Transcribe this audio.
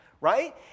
right